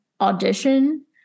audition